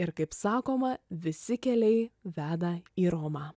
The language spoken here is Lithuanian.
ir kaip sakoma visi keliai veda į romą